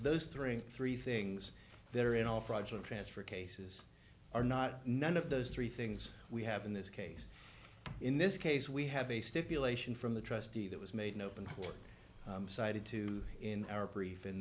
those three three things that are in all fraudulent transfer cases are not none of those three things we have in this case in this case we have a stipulation from the trustee that was made in open court cited to in our prefer in